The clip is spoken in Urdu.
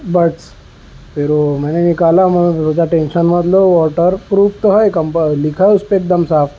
بڈس پھر وہ میں نے نکالا میں نے سوچا ٹینشن مت لو واٹرپروف تو ہے کمپا لکھا ہے اس پہ ایک دم صاف